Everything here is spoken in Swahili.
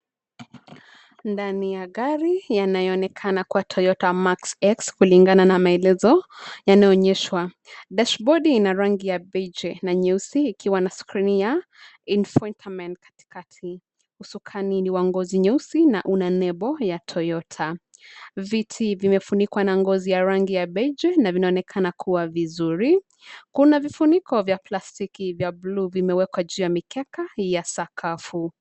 Ndani ya gari yanayoonekana kuwa Toyota Mark-X , kulingana na maelezo yanayoonyeshwa. Dashbodi ina rangi ya beige na nyeusi ikiwa na skrini ya Infotainment katikati. Usukani ni wa ngozi nyeusi na una nembo ya Toyota . Viti vimefunikwa na ngozi ya rangi ya beige na vinaonekana kuwa vizuri. Kuna vifuniko vya plastiki vya bluu vimewekwa juu ya mikeka ya sakafu.